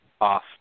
off